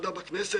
באי כוחו,